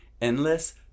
endless